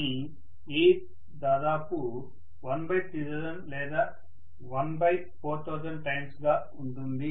కానీ ఎయిర్ దాదాపు 13000 లేదా 14000 టైమ్స్ గా ఉంటుంది